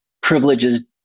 privileges